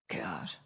God